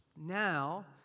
Now